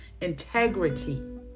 integrity